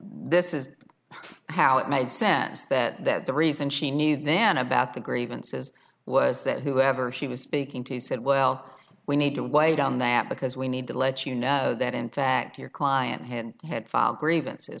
is is how it made sense that that the reason she knew then about the grievances was that whoever she was speaking to said well we need to wait on that because we need to let you know that in fact your client had had file grievances